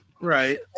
right